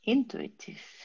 Intuitive